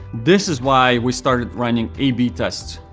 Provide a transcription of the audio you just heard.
this is why we started running a b tests.